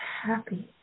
happy